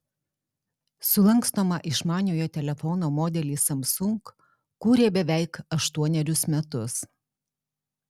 sulankstomą išmaniojo telefono modelį samsung kūrė beveik aštuonerius metus